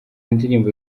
indirimbo